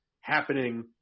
happening